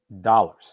dollars